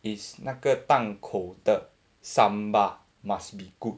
is 那个档口的 sambal must be good